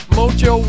Mojo